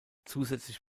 zusätzlich